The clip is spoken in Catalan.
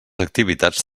activitats